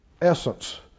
essence